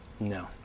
No